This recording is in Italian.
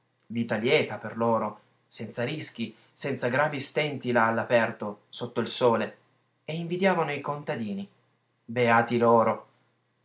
vita lieta per loro senza rischi senza gravi stenti là all'aperto sotto il sole e invidiavano i contadini beati loro